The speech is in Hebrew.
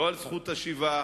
לא על זכות השיבה,